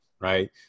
right